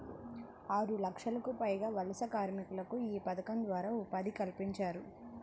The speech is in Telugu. ఆరులక్షలకు పైగా వలస కార్మికులకు యీ పథకం ద్వారా ఉపాధి కల్పించారు